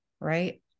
right